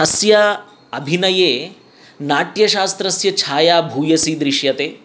अस्य अभिनये नाट्यशास्त्रस्य छाया भूयसी दृश्यते